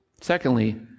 Secondly